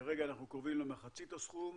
כרגע אנחנו קרובים למחצית הסכום,